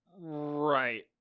right